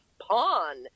pawn